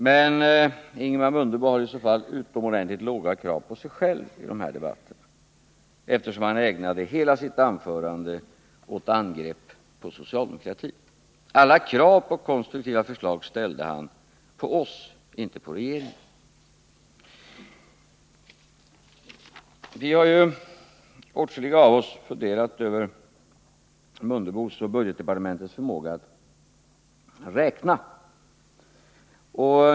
Men Ingemar Mundebo har i så fall utomordentligt låga krav på sig själv i de här debatterna, eftersom han ägnade hela sitt anförande åt angrepp på socialdemokratin. Alla krav i fråga om konstruktiva förslag ställde han på oss, inte på regeringen. Åtskilliga av oss har ju funderat över herr Mundebos och budgetdepartementets förmåga att räkna.